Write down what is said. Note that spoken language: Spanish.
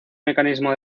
mecanismo